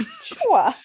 sure